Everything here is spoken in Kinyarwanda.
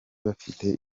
bafite